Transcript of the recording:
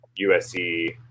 USC